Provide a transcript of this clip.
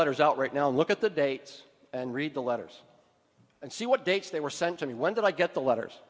letters out right now look at the dates and read the letters and see what dates they were sent to me when did i get the letters